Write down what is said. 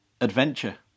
adventure